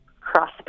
cross